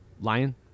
lion